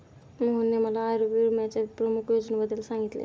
मोहनने मला आयुर्विम्याच्या प्रमुख योजनेबद्दल सांगितले